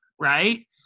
right